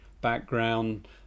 background